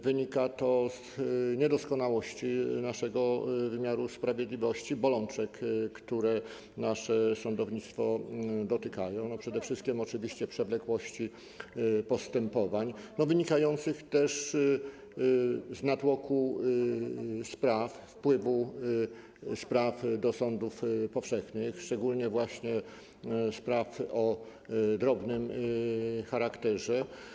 Wynika to z niedoskonałości naszego wymiaru sprawiedliwości, bolączek, które nasze sądownictwo dotykają, przede wszystkim oczywiście przewlekłości postępowań wynikających też z natłoku spraw, wpływu spraw do sądów powszechnych, szczególnie spraw o drobnym charakterze.